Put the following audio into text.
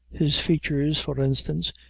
his features, for instance,